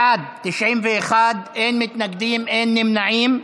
בעד, 91, אין מתנגדים ואין נמנעים.